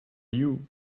you